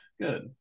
Good